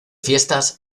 fiestas